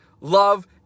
love